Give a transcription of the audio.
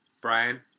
Brian